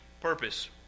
purpose